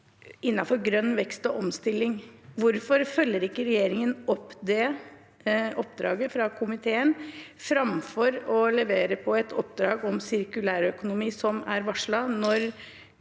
innenfor grønn vekst og omstilling. Hvorfor følger ikke regjeringen opp det oppdraget fra komiteen framfor å levere på et oppdrag om sirkulærøkonomi, som er varslet, når